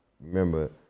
remember